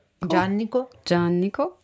Giannico